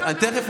בחוזר מנכ"ל,